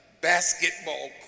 basketball